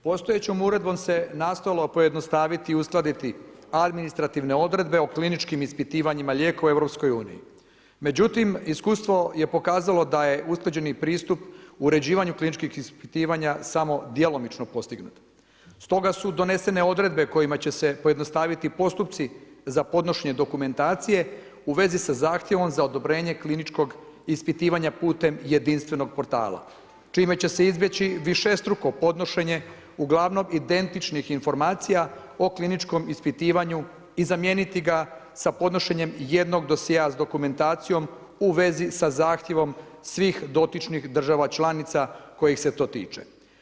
Postojećom Uredbom se nastojalo pojednostaviti i uskladiti administrativne odredbe o kliničkim ispitivanjima lijekova u EU, međutim iskustvo je pokazalo da je usklađeni pristup o uređivanju kliničkih ispitivanja samo djelomično postignut. stoga su donesene odredbe kojima će se pojednostaviti postupci za podnošenje dokumentacije u vezi sa zahtjevom za odobrenjem kliničkog ispitivanja putem jedinstvenog portala čime će se izbjeći višestruko podnošenje, uglavnom identičnih informacija o kliničkom ispitivanju i zamijeniti ga sa podnošenjem jednog dosjea s dokumentacijom u vezi sa zahtjevom svih dotičnih država članica kojih se to tiče.